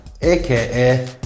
aka